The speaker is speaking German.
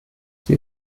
sie